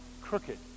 crooked